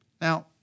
Now